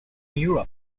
europe